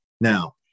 Now